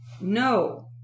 No